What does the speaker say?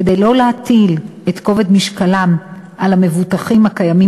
כדי לא להטיל את כובד משקלם על המבוטחים הקיימים